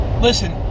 Listen